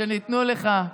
שניתנו לך?